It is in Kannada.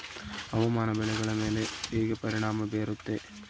ಹವಾಮಾನ ಬೆಳೆಗಳ ಮೇಲೆ ಹೇಗೆ ಪರಿಣಾಮ ಬೇರುತ್ತೆ?